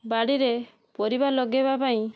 ବାଡ଼ିରେ ପରିବା ଲଗେଇବା ପାଇଁ